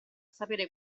sapere